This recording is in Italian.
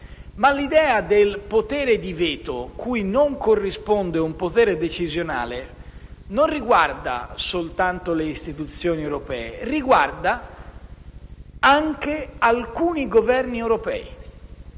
L'idea del potere di veto, cui non corrisponde un potere decisionale, non riguarda soltanto le istituzioni europee ma anche alcuni Governi europei.